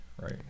right